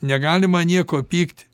negalima an nieko pykt